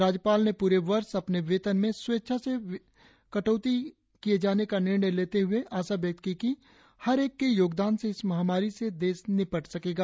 राज्यपाल ने पूरे वर्ष अपने वेतन में स्वेच्छा से वेतन में कटौती किए जाने का निर्णय लेते हए आशा व्यक्त की कि हर एक के योगदान से इस महामारी से देश निपट सकेंगा